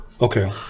Okay